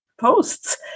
posts